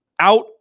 out